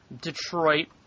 Detroit